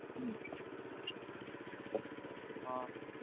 ꯎꯝ ꯑ